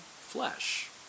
flesh